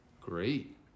Great